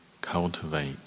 cultivate